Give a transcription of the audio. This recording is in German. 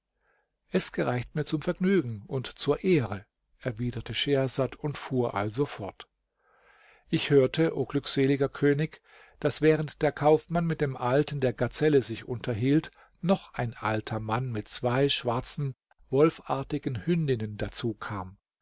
es gereicht mir zum vergnügen und zur ehre erwiderte schehersad und fuhr also fort ich hörte o glückseliger könig daß während der kaufmann mit dem alten der gazelle sich unterhielt noch ein alter mann mit zwei schwarzen wolfartigen hündinnen dazu kam